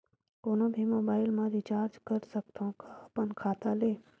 कोनो भी मोबाइल मा रिचार्ज कर सकथव का अपन खाता ले?